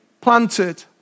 planted